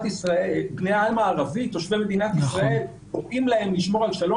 שלבני העם הערבי תושבי מדינת ישראל קוראים לשמור על שלום